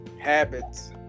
habits